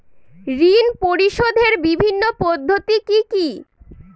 ঋণ পরিশোধের বিভিন্ন পদ্ধতি কি কি?